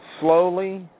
slowly